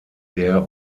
der